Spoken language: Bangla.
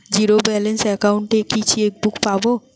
জীরো ব্যালেন্স অ্যাকাউন্ট এ কি চেকবুক পাব?